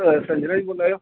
संजना जी बोला दे ओ